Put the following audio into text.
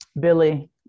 Billy